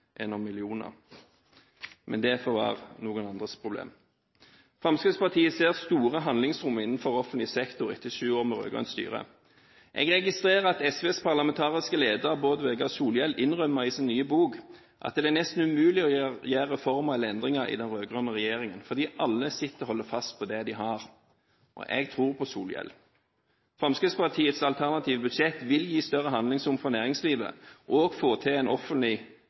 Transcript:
men det får være noen andres problem. Fremskrittspartiet ser store handlingsrom innenfor offentlig sektor etter syv år med rød-grønt styre. Jeg registrerer at SVs parlamentariske leder, Bård Vegar Solhjell, innrømmer i sin nye bok at det er nesten umulig å gjøre endringer – eller reformer – i den rød-grønne regjeringen fordi alle sitter og holder fast på det de har. Jeg tror på Solhjell. Fremskrittspartiets alternative budsjett vil gi større handlingsrom for næringslivet og få til en offentlig